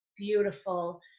Beautiful